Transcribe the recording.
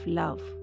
love